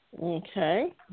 Okay